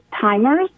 timers